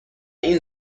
این